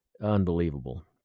unbelievable